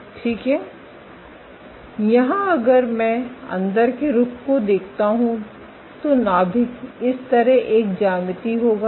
ठीक है यहाँ अगर मैं अंदर के रूख को देखता हूँ तो नाभिक इस तरह एक ज्यामिति होगा